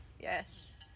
Yes